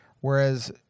Whereas